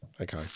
okay